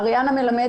אריאנה מלמד,